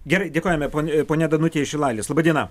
gerai dėkojame ponia ponia danutė iš šilalės laba diena